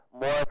more